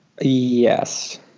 Yes